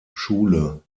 schule